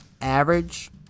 average